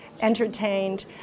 entertained